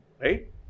right